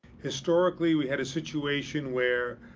historically, we had a situation where,